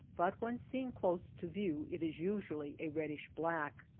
but when seen close to view it is usually a reddish-black.